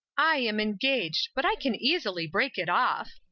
i am engaged but i can easily break it off.